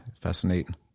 fascinating